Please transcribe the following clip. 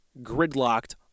gridlocked